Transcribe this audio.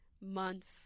month